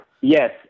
Yes